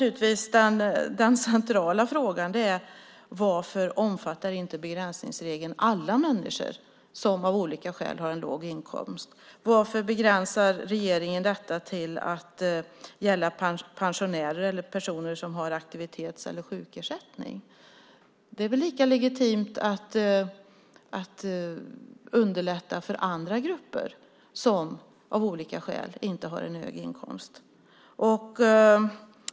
Den centrala frågan är: Varför omfattar inte begränsningsregeln alla människor som av olika skäl har en låg inkomst? Varför begränsar regeringen detta till att gälla pensionärer eller personer som har aktivitets eller sjukersättning? Det är väl lika legitimt att underlätta för andra grupper som av olika skäl inte har en hög inkomst.